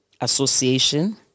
Association